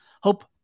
hope